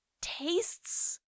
tastes